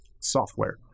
software